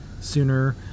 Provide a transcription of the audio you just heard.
sooner